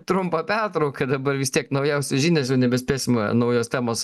trumpą pertrauką dabar vis tiek naujausios žinios jau nebespėsim naujos temos